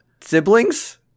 siblings